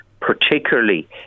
particularly